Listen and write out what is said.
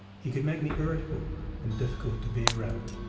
he could make me irritable and difficult to be around.